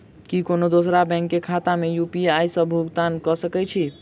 की कोनो दोसरो बैंक कऽ खाता मे यु.पी.आई सऽ भुगतान कऽ सकय छी?